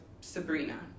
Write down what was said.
Sabrina